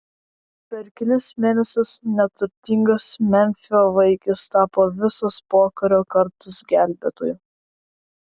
per kelis mėnesius neturtingas memfio vaikis tapo visos pokario kartos gelbėtoju